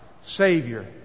Savior